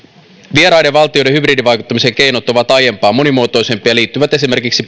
vieraiden valtioiden hybridivaikuttamisen keinot ovat aiempaa monimuotoisempia ja liittyvät esimerkiksi